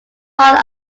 heart